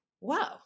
wow